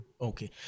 okay